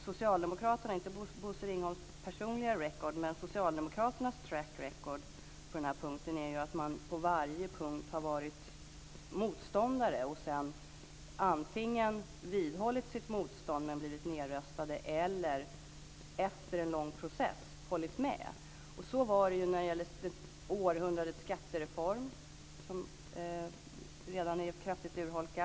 Socialdemokraternas track record - dock inte Bosse Ringholms personliga record - när det gäller detta är att man på varje punkt har varit motståndare, och sedan antingen vidhållit sitt motstånd och blivit nedröstad eller efter en lång process hållit med. Så var det när det gäller århundradets skattereform, som redan är kraftigt urholkad.